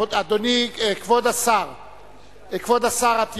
אדוני כבוד השר אטיאס,